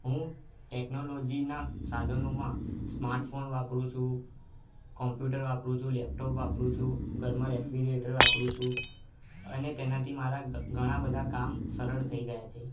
હું ટેકનોલોજીના સાધનોમાં સ્માર્ટ ફોન વાપરું છું કોમ્પ્યુટર વાપરું છું લેપટોપ વાપરું છું ઘરમાં રેફ્રીજરેટર વાપરું છું અને તેનાથી મારા ઘણાં બધા કામ સરળ થઈ ગયાં છે